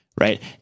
Right